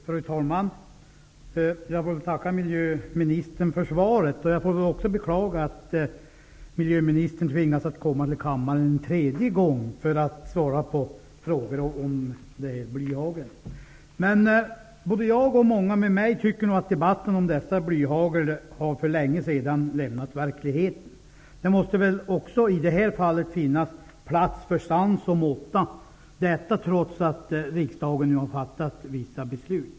Fru talman! Jag får tacka miljöministern för svaret. Jag får också beklaga att miljöministern tvingas komma till kammaren en tredje gång för att svara på frågor om blyhagel. Jag och många med mig tycker att debatten om blyhagel för länge sedan har lämnat verkligheten. Det måste väl också i det här fallet finnas plats för sans och måtta, detta trots att riksdagen nu har fattat vissa beslut.